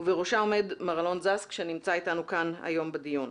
ובראשה עומד מר אלון זסק שנמצא איתנו כאן היום בדיון.